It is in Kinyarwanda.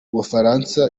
bufaransa